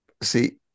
see